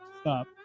Stop